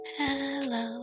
hello